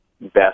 best